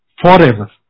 forever